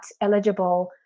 eligible